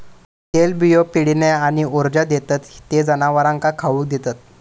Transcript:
तेलबियो पिढीने आणि ऊर्जा देतत ते जनावरांका खाउक देतत